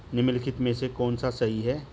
निम्नलिखित में से कौन सा सही है?